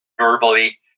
verbally